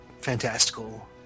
fantastical